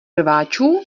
rváčů